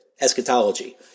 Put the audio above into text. eschatology